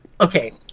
Okay